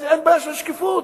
אין בעיה של שקיפות,